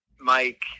Mike